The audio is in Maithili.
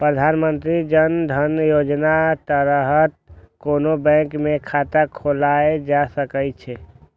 प्रधानमंत्री जन धन योजनाक तहत कोनो बैंक मे खाता खोलाएल जा सकै छै